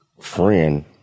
friend